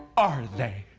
are they?